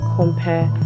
compare